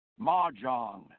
mahjong